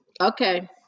Okay